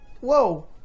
Whoa